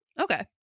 Okay